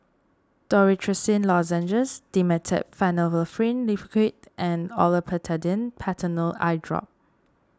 Dorithricin Lozenges Dimetapp Phenylephrine Liquid and Olopatadine Patanol Eyedrop